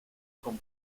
con